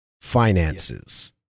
finances